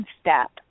step